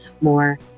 more